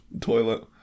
toilet